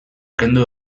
kendu